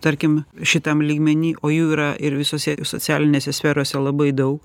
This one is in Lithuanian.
tarkim šitam lygmeny o jų yra ir visose socialinėse sferose labai daug